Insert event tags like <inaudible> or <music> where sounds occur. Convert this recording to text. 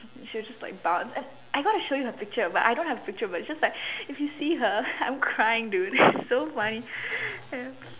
she will just like bounce and I got to show you her picture but I don't have her picture but it's just like if you see her I am crying dude <laughs> it's so funny ya